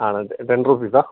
ആണല്ലേ ten rupees ആണോ